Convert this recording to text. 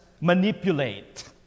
manipulate